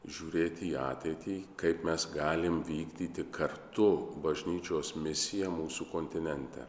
žiūrėti į ateitį kaip mes galim vykdyti kartu bažnyčios misiją mūsų kontinente